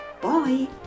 Bye